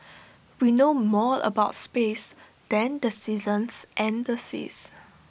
we know more about space than the seasons and the seas